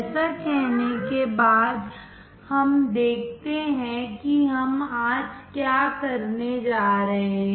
ऐसा कहने के बाद हम देखते हैं कि हम आज क्या करने जा रहे हैं